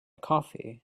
coffee